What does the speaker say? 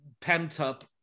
pent-up